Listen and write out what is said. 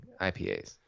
IPAs